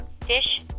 fish